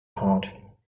heart